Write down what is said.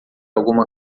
alguma